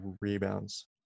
rebounds